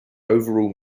overall